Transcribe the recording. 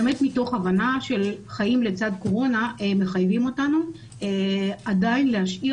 מתוך הבנה שחיים לצד קורונה מחייבים אותנו עדיין להשאיר